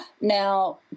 Now